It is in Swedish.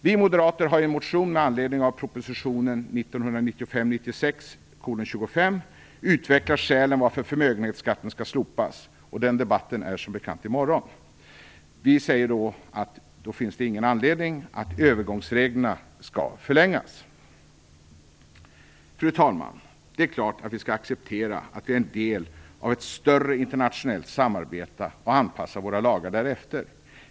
Vi moderater har i en motion med anledning av proposition 1995/96:25 utvecklat skälen till varför förmögenhetsskatten skall slopas. Den debatten äger som bekant rum i morgon. Vi säger att det inte finns någon anledning till att övergångsreglerna skall förlängas. Fru talman! Det är klart att vi skall acceptera att vi är en del av ett större internationellt samarbete och anpassa våra lagar därefter.